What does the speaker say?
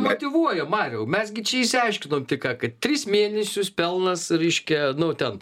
motyvuoja mariau mes gi čia išsiaiškinom tik ką kad tris mėnesius pelnas reiškia nu ten